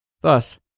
Thus